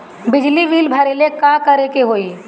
बिजली बिल भरेला का करे के होई?